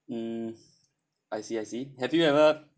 mm I see I see have you ever